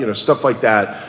you know stuff like that.